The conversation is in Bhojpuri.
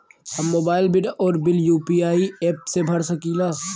हम मोबाइल बिल और बिल यू.पी.आई एप से भर सकिला